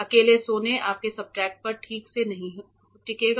अकेले सोना आपके सब्सट्रेट पर ठीक से नहीं टिकेगा